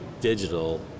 digital